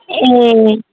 ऐं